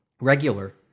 regular